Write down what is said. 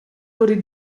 wurde